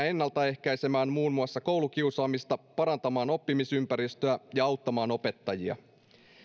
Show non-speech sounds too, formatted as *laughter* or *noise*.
*unintelligible* ennaltaehkäisemään muun muassa koulukiusaamista parantamaan oppimisympäristöä ja auttamaan opettajia